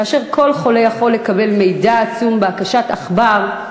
כאשר כל חולה יכול לקבל מידע עצום בהקשת עכבר,